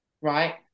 right